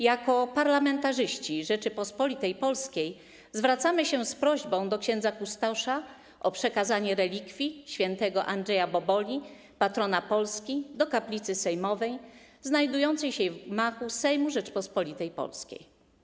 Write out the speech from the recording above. Jako parlamentarzyści Rzeczypospolitej Polskiej zwracamy się z prośbą do księdza kustosza o przekazanie relikwii św. Andrzeja Boboli, patrona Polski, do kaplicy sejmowej znajdującej się w gmachu Sejmu Rzeczypospolitej Polskiej.